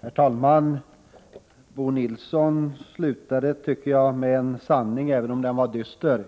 Herr talman! Bo Nilsson slutade med en sanning, tycker jag. Den var dyster.